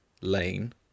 Lane